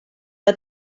que